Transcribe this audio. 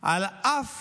על אף